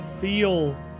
feel